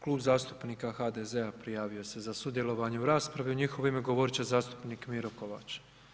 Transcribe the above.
Klub zastupnika HDZ-a prijavio se za sudjelovanje u raspravi, u njihovo ime govorit će zastupnik Miro Kovač.